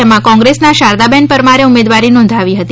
તેમાં કોંગ્રેસના શારદાબેન પરમારે ઉમેદવારી નોંધાવી હતી